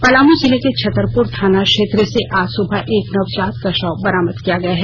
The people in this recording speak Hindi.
पलामू जिले के छतरपुर थाना क्षेत्र से आज सुबह एक नवजात का शव बरामद किया गया है